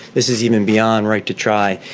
this is even beyond right to try,